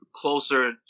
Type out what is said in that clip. closer